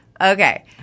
okay